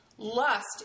lust